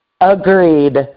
Agreed